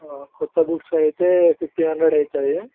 క్రొత్త బుక్స్ అయితే fifteen hundred అవుతాయి